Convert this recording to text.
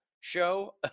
show